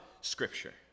scripture